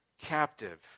captive